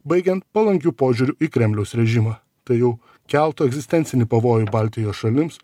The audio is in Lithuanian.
baigiant palankiu požiūriu į kremliaus režimą tai jau keltų egzistencinį pavojų baltijos šalims